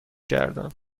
کردم